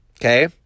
Okay